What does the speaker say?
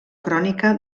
crònica